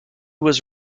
was